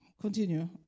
Continue